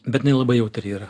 bet jinai labai jautri yra